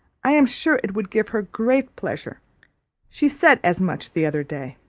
i am sure it would give her great pleasure she said as much the other day.